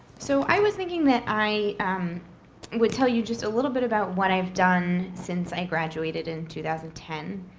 so i was thinking that i would tell you just a little bit about what i've done since i graduated in two thousand and ten.